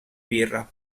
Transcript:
birra